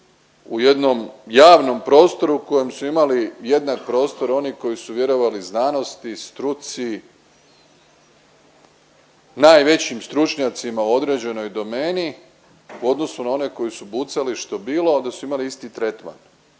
u jednom javnom prostoru kojem su imali jednak prostor oni koji su vjerovali znanosti, struci, najvećim stručnjacima u određenoj domeni u odnosu na one koje su bucalištu bilo da su imali isti tretman,